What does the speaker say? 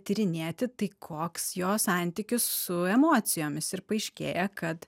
tyrinėti tai koks jo santykis su emocijomis ir paaiškėja kad